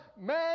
Man